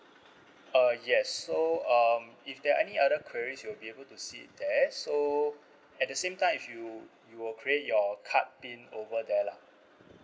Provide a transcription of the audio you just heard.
uh yes so um if there are any other queries you'll be able to see there so at the same time if you you will create your card pin over there lah